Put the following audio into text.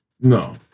No